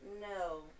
No